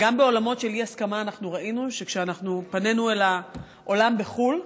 וגם בעולמות של אי-הסכמה אנחנו ראינו שכשפנינו אל העולם בחו"ל,